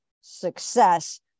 success